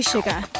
Sugar